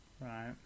Right